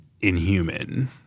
inhuman